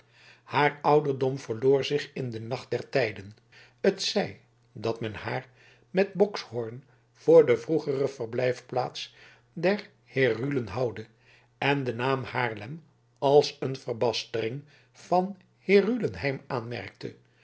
haar ouderdom verloor zich in den nacht der tijden t zij dat men haar met boxhorn voor de vroegere verblijfplaats der herulen houde en den naam haarlem als een verbastering van herulen heim aanmerke